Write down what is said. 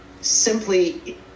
simply